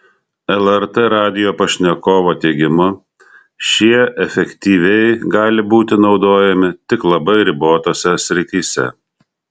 lrt radijo pašnekovo teigimu šie efektyviai gali būti naudojami tik labai ribotose srityse